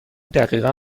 دقیقا